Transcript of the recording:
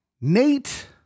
Nate